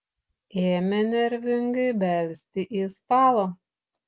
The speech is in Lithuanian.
ėmė nervingai belsti į stalą